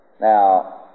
Now